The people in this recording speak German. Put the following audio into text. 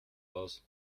aus